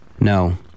No